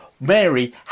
Mary